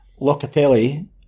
Locatelli